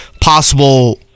possible